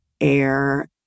air